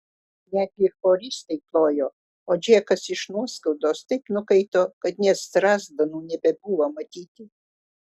netgi choristai plojo o džekas iš nuoskaudos taip nukaito kad nė strazdanų nebebuvo matyti